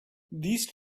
these